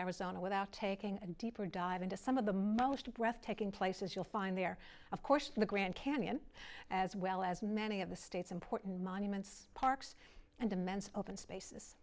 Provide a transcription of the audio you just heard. arizona without taking a deeper dive into some of the most breathtaking places you'll find there of course the grand canyon as well as many of the state's important monuments parks and immense open spaces